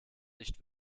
nicht